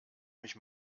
mich